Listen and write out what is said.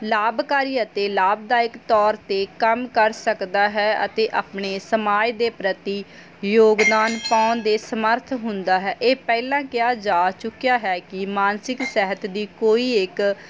ਲਾਭਕਾਰੀ ਅਤੇ ਲਾਭਦਾਇਕ ਤੌਰ ਤੇ ਕੰਮ ਕਰ ਸਕਦਾ ਹੈ ਅਤੇ ਆਪਣੇ ਸਮਾਜ ਦੇ ਪ੍ਰਤੀ ਯੋਗਦਾਨ ਪਾਉਣ ਦੇ ਸਮਰਥ ਹੁੰਦਾ ਹੈ ਇਹ ਪਹਿਲਾਂ ਕਿਹਾ ਜਾ ਚੁੱਕਿਆ ਹੈ ਕਿ ਮਾਨਸਿਕ ਸਿਹਤ ਦੀ ਕੋਈ ਇੱਕ